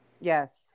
Yes